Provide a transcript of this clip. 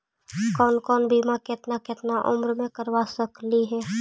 कौन कौन बिमा केतना केतना उम्र मे करबा सकली हे?